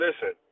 Listen